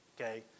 okay